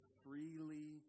freely